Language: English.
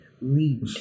read